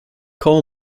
coal